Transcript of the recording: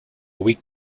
week